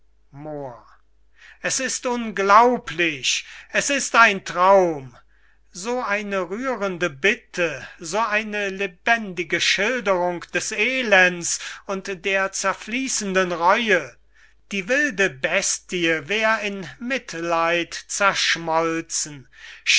es ist unglaublich es ist ein traum eine täuschung so eine rührende bitte so eine lebendige schilderung des elends und der zerfliessenden reue die wilde bestie wär in mitleid zerschmolzen